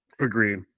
Agreed